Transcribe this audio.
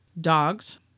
Dogs